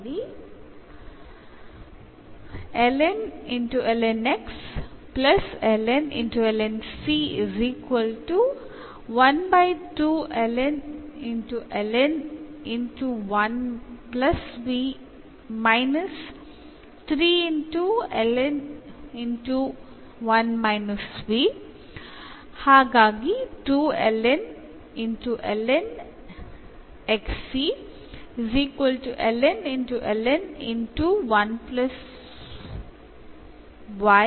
ഇതിൽ എന്ന സബ്സ്റ്റിറ്റ്യൂഷൻ ഉപയോഗിച്ചാൽ എന്ന സൊലൂഷൻ കിട്ടുന്നു